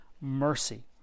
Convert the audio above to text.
Mercy